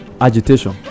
agitation